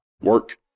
Work